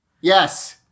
Yes